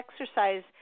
exercise